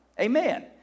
amen